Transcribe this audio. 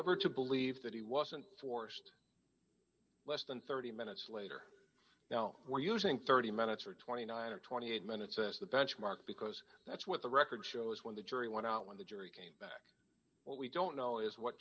ever to believe that he wasn't forced less than thirty minutes later now we're using thirty minutes or twenty nine dollars or twenty eight minutes as the benchmark because that's what the record shows when the jury went out when the jury what we don't know is what